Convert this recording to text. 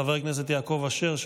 חבר הכנסת יעקב אשר,